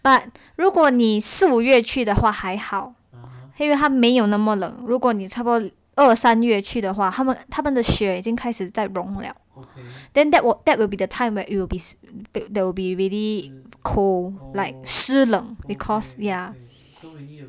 but 如果你四五月去的话还好因为他没有那么冷如果你差不多二三月去的话他们他们的雪已经开始在融了 then that would that will be the time where it will be that will be already cold like 湿冷 because they're